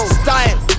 style